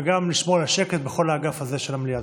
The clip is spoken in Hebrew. וגם לשמור על השקט בכל האגף הזה של המליאה.